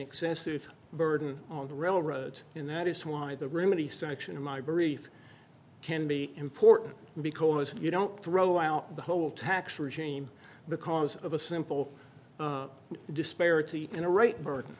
excessive burden on the railroads and that is why the room of the section in my brief can be important because you don't throw out the whole tax regime because of a simple disparity in a rate burden